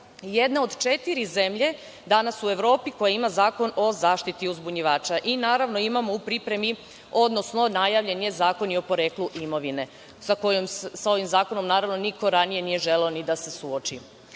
jedna od četiri zemlje danas u Evropi koja ima Zakon o zaštiti uzbunjivača. Naravno, imamo u pripremi, odnosno najavljen je zakon o poreklu imovine. Sa ovim zakonom niko ranije nije želeo da se suoči. Danas